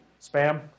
spam